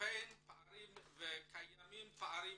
קיימים פערים